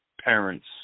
parents